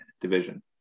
division